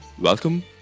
Welcome